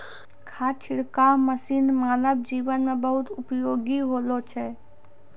खाद छिड़काव मसीन मानव जीवन म बहुत उपयोगी होलो छै